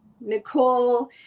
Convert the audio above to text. Nicole